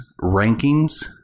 rankings